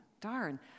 darn